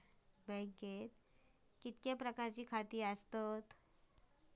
बँकेत किती प्रकारची खाती असतत?